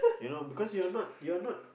you know because you're not you're not